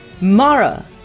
Mara